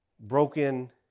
Broken